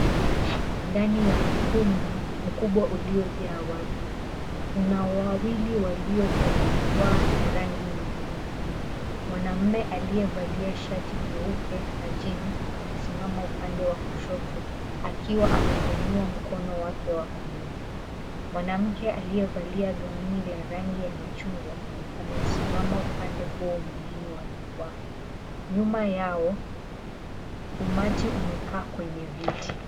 Ndani ya ukumbi mkubwa uliojaa watu, kuna wawili walio kwenye jukwaa na rangi nyekundu. Mwanamume aliyevalia shati jeupe na jeans amesimama upande wa kushoto, akiwa amenyanyua mkono wake wa kulia. Mwanamke aliyevalia gauni la rangi ya machungwa amesimama upande huu mwingine wa jukwaa. Nyuma yao, umati umekaa kwenye viti.